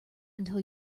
until